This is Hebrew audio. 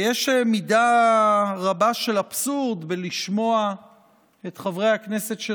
ויש מידה רבה של אבסורד בלשמוע את חברי הכנסת של